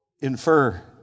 infer